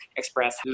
express